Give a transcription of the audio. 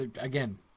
Again